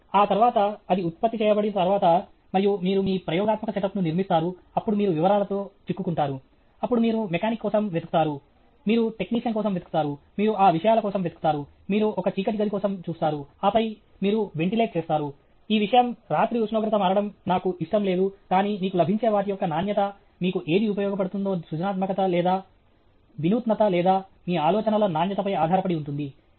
ఆ తరువాత అది ఉత్పత్తి చేయబడిన తరువాత మరియు మీరు మీ ప్రయోగాత్మక సెటప్ను నిర్మిస్తారు అప్పుడు మీరు వివరాలతో చిక్కుకుంటారు అప్పుడు మీరు మెకానిక్ కోసం వెతుకుతారు మీరు టెక్నీషియన్ కోసం వెతుకుతారు మీరు ఆ విషయాల కోసం వెతుకుతారు మీరు ఒక చీకటి గది కోసం చూస్తారు ఆపై మీరు వెంటిలేట్ చేస్తారు ఈ విషయం రాత్రి ఉష్ణోగ్రత మారడం నాకు ఇష్టం లేదు కానీ మీకు లభించే వాటి యొక్క నాణ్యత మీకు ఏది ఉపయోగపడుతుందో సృజనాత్మకత లేదా వినూత్నత లేదా మీ ఆలోచనల నాణ్యతపై ఆధారపడి ఉంటుంది